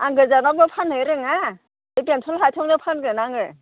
आं गोजानावबो फाननो रोङा बे बेंथल खाथियावनो फानगोन आङो